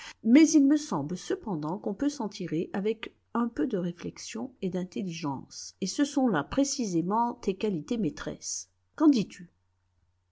mais il me semble cependant qu'on peut s'en tirer avec un peu de réflexion et d'intelligence et ce sont là précisément tes qualités maîtresses qu'en dis-tu